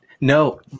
No